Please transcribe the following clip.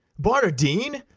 barnardine!